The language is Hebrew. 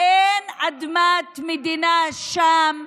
שלושת אלפים שנה,